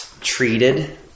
treated